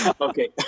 Okay